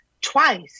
twice